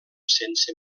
sense